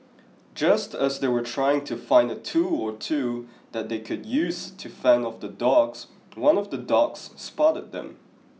just as they were trying to find a tool or two that they could use to fend off the dogs one of the dogs spotted them